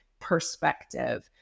perspective